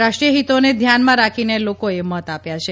રાષ્ટ્રીય હીતોને ધ્યાનમાં રાખીને લોકોએ મત આપ્યા છે